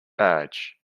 badge